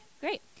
great